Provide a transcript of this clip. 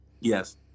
Yes